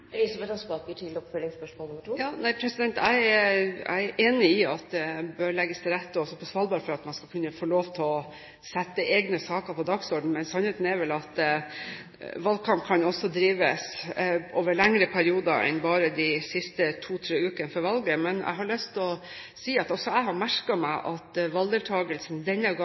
Jeg er enig i at det bør legges til rette også på Svalbard for at man skal kunne få lov til å sette egne saker på dagsordenen. Men sannheten er vel at valgkamp også kan drives over en lengre periode enn bare de siste to–tre ukene før valget. Jeg har lyst til å si at også jeg har merket meg at valgdeltakelsen denne gangen heldigvis ble bedre enn sist, for 40 pst. oppslutning er vel kanskje ikke all verden å skryte av. Det har